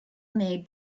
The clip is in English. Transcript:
made